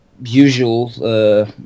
usual